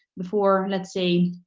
before, let's say,